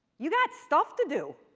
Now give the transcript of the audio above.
you got stuff to do!